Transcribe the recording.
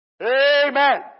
Amen